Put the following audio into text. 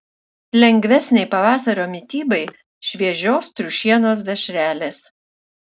lengvesnei pavasario mitybai šviežios triušienos dešrelės